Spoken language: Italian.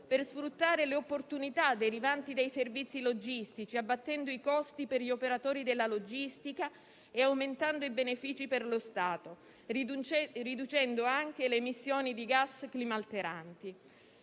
per sfruttare le opportunità derivanti dai servizi logistici, abbattendo i costi per gli operatori della logistica e aumentando i benefici per lo Stato, riducendo anche le emissioni di gas climalteranti.